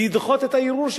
לדחות את הערעור,